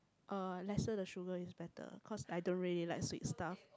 uh lesser the sugar is better cause I don't really like sweet stuff